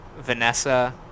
Vanessa